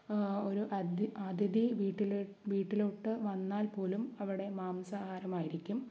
ആ ഒരു അതിഥി വീട്ടിലോട്ട് വന്നാൽ പോലും അവിടെ മാംസഹാരമായിരിക്കും